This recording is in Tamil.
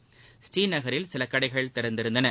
புநீநகரில் சில கடைகள் திறந்திருந்தன